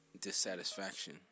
dissatisfaction